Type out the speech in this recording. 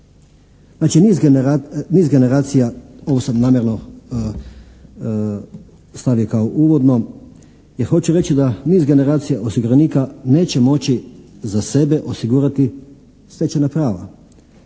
Znači, niz generacija, ovo sam namjerno stavio kao uvodno jer hoću reći da niz generacija osiguranika neće moći za sebe osigurati stečena prava